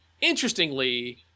interestingly